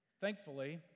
Thankfully